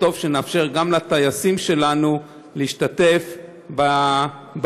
וטוב שנאפשר גם לטייסים שלנו להשתתף בבחירות.